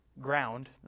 ground